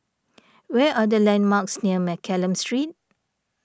where are the landmarks near Mccallum Street